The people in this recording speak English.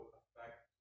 affect